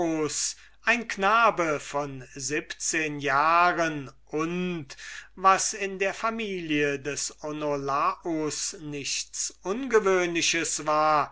ein knabe von siebzehn jahren und was in der familie der onolaus nichts ungewöhnliches war